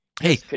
Hey